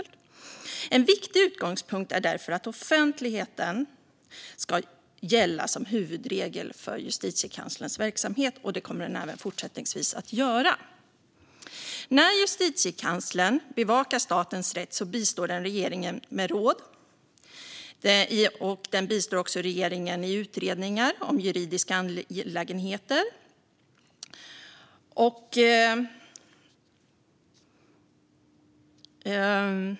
En viktig utgångspunkt är därför att offentlighet ska gälla som huvudregel för Justitiekanslerns verksamhet. Så kommer det även fortsättningsvis att vara. När Justitiekanslern bevakar statens rätt bistår den regeringen med råd. Den bistår också regeringen i utredningar om juridiska angelägenheter.